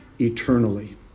eternally